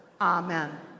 Amen